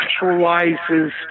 actualizes